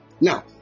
Now